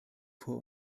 vor